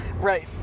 Right